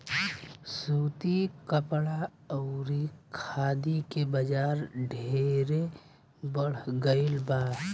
सूती कपड़ा अउरी खादी के बाजार ढेरे बढ़ गईल बा